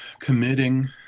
committing